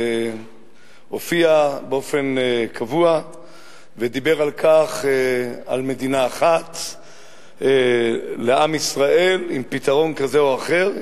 הופיע באופן קבוע ודיבר על מדינה אחת לעם ישראל עם פתרון כזה או אחר,